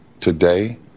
Today